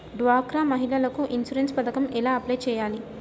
డ్వాక్రా మహిళలకు ఇన్సూరెన్స్ పథకం ఎలా అప్లై చెయ్యాలి?